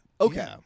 okay